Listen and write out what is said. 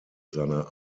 seiner